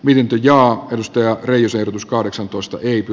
pidin jo ostaja ryysydutus kahdeksantoista ypy